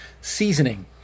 seasoning